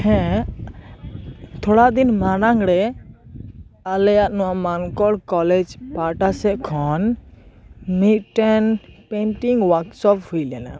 ᱦᱮᱸ ᱛᱷᱚᱲᱟ ᱫᱤᱱ ᱢᱟᱲᱟᱝ ᱨᱮ ᱟᱞᱮᱭᱟᱜ ᱱᱚᱣᱟ ᱢᱟᱱᱠᱚᱨ ᱠᱚᱞᱮᱡᱽ ᱯᱟᱦᱟᱴᱟ ᱥᱮᱡ ᱠᱷᱚᱱ ᱢᱤᱫᱴᱮᱱ ᱯᱮᱱᱴᱤᱝ ᱳᱭᱟᱠᱥᱚᱯ ᱦᱩᱭ ᱞᱮᱱᱟ